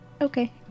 Okay